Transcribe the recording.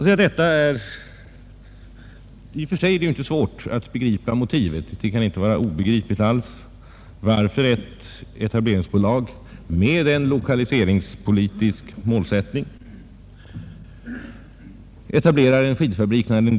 I och för sig är det naturligtvis inte obegripligt varför ett etableringsbolag med en lokaliseringspolitisk målsättning etablerar en skidfabrik i Boden.